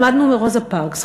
למדנו מרוזה פארקס,